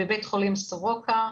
בבית חולים סורוקה,